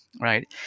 right